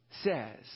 says